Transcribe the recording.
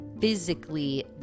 physically